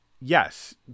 yes